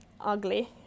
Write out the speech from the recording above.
ugly